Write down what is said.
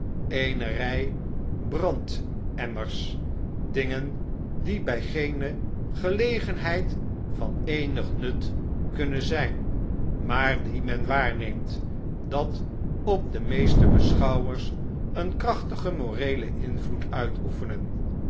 eene rij brandemmers dingen die bij geene gelegenheid van eenig nut kunnen zijn maar die men waarneemt dat op de meeste beschouwers een krachtigen moreelen invloed uitoefenen